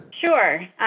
Sure